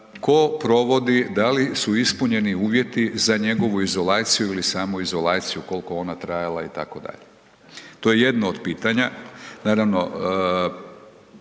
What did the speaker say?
tko provodi, da li su ispunjeni uvjeti za njegovu izolaciju ili samoizolaciju koliko ona trajala itd. To je jedno od pitanja.